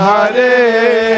Hare